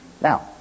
Now